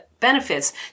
Benefits